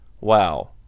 wow